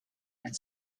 and